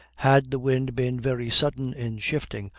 had the wind been very sudden in shifting,